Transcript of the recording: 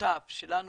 מברך על הדיון